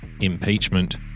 impeachment